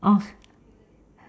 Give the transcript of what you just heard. oh